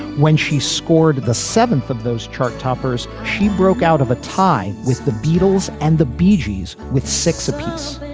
when she scored the seventh of those chart toppers, she broke out of a tie with the beatles and the beaches with six apiece.